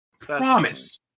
Promise